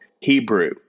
Hebrew